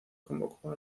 convocó